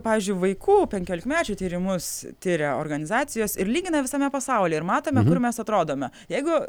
pavyzdžiui vaikų penkiolikmečių tyrimus tiria organizacijos ir lygina visame pasaulyje ir amtome kur mes atrodome jeigu